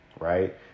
right